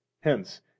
Hence